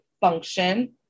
function